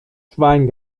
schwein